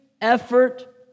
effort